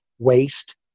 Waste